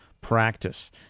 practice